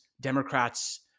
Democrats